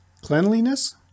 cleanliness